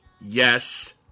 Yes